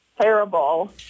terrible